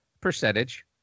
percentage